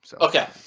Okay